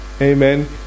Amen